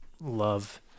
love